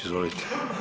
Izvolite.